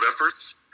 efforts